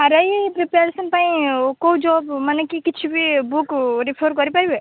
R I preparation ପାଇଁ କେଉଁ ଜବ୍ମାନେ କି କିଛି ବି ବୁକ୍ ରେଫର୍ କରିପାରିବେ